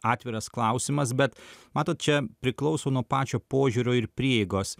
atviras klausimas bet matot čia priklauso nuo pačio požiūrio ir prieigos